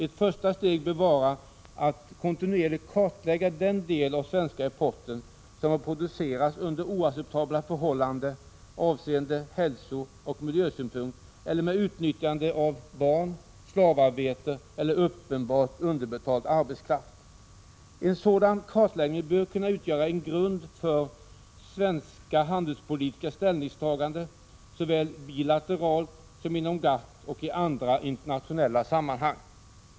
Ett första steg bör vara att kontinuerligt kartlägga den del av den svenska importen som har producerats under oacceptabla förhållanden från hälsooch miljösynpunkt eller med utnyttjande av barn, slavarbete eller uppenbart underbetald arbetskraft. En sådan kartläggning bör kunna utgöra en grund för svenska handelspolitiska ställningstaganden såväl bilateralt som inom GATT och i andra internationella sammanhang.